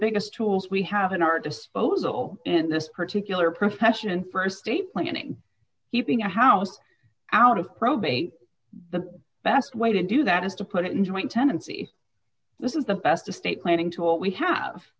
biggest tools we have in our disposal in this particular profession for a state planning keeping a house out of probate the best way to do that is to put it in joint tenancy this is the best estate planning tool we have